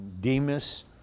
Demas